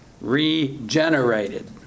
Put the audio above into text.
Regenerated